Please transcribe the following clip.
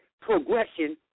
progression